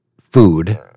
food